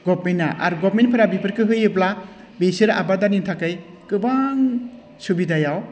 गभमेन्टआ आरो गभमेन्टफोरा बिफोरखौ होयोब्ला बिसोर आबादारिनि थाखाय गोबां सुबिदायाव